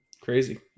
Crazy